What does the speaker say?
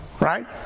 Right